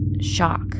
shock